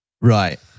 Right